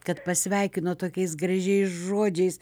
kad pasveikinot tokiais gražiais žodžiais